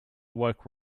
woke